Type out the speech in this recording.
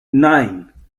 nine